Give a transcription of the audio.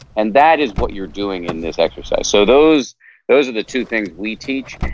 and that is what you're doing in this exercise. so those those are the two things we teach.